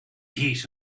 heat